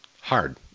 hard